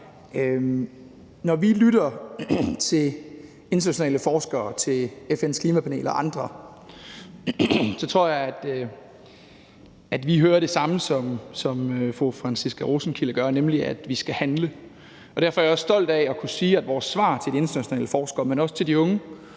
Når vi lytter til internationale forskere, til FN's Klimapanel og andre, tror jeg, at vi hører det samme, som fru Franciska Rosenkilde gør, nemlig at vi skal handle. Derfor er jeg også stolt af at kunne sige, at vores svar til de internationale forskere, men også til de unge